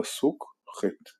פסוק ח'.